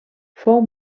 fou